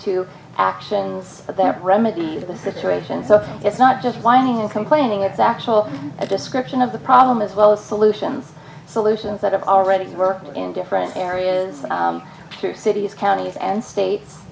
to actions there remedy the situation so it's not just whining and complaining it's actually a description of the problem as well as solutions solutions that are already working in different areas through cities counties and states